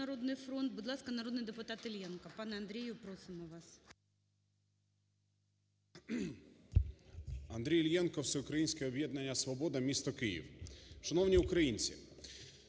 "Народний фронт". Будь ласка, народний депутат Іллєнко. Пане Андрію, просимо вас. 12:54:47 ІЛЛЄНКО А.Ю. Андрій Іллєнко, "Всеукраїнське об'єднання "Свобода", місто Київ. Шановні українці,